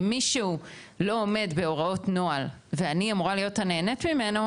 אם מישהו לא עומד בהוראות נוהל ואני אמורה להיות הנהנית ממנו,